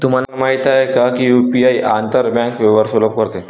तुम्हाला माहित आहे का की यु.पी.आई आंतर बँक व्यवहार सुलभ करते?